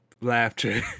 laughter